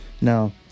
Now